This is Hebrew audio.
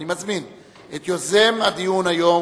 אני מזמין את יוזם הדיון היום,